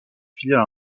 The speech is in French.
filiales